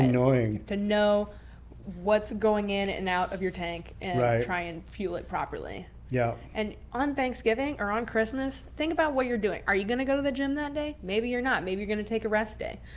annoying. to know what's going in and out of your tank and try and fuel it properly. yeah and on thanksgiving or on christmas, think about what you're doing. are you going to go to the gym that day? maybe you're not. maybe you're going to take a rest day.